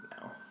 No